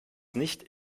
nicht